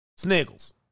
Sniggles